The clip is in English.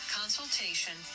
consultation